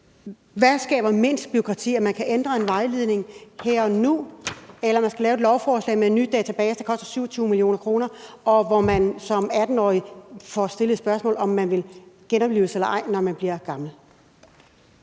Hvad skaber mindst bureaukrati – at man kan ændre en vejledning her og nu, eller at man skal lave et lovforslag om en ny database, der koster 27 mio. kr., og hvor man som 18-årig får stillet det spørgsmål, om vil genoplives eller ej, når man bliver gammel?